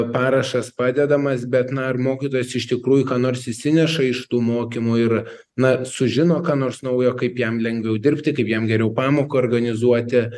parašas padedamas bet na ar mokytojas iš tikrųjų ką nors išsineša iš tų mokymų ir na sužino ką nors naujo kaip jam lengviau dirbti kaip jam geriau pamoką organizuoti